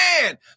man